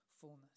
fullness